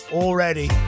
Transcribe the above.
already